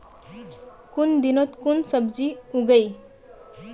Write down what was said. कुन दिनोत कुन सब्जी उगेई?